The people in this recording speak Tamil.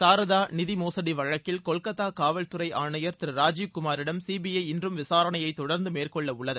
சாரதா நிதி மோசடி வழக்கில் கொல்கத்தா காவல்துறை ஆணையர் திரு ராஜீவ்குமாரிடம் சிபிஐ இன்றும் விசாரணையை தொடர்ந்து மேற்கொள்ளவுள்ளது